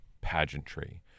pageantry